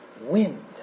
wind